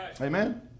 Amen